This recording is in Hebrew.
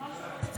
נוסיף גם את שמו.